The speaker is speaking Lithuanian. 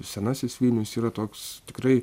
senasis vilnius yra toks tikrai